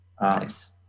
Nice